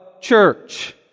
church